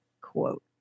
quote